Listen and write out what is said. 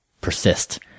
persist